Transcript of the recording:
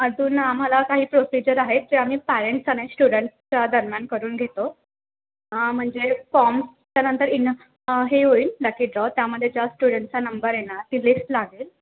अजून आम्हाला काही प्रोसिजर आहेत त्या आम्ही पॅरेंट्स आणि स्टुडन्टच्या दरम्यान करून घेतो म्हणजे फॉर्मच्यानंतर इनस हे होईल लकी ड्रॉ त्यामध्ये ज्या स्टुडन्टचा नंबर येणार ती लिस्ट लागेल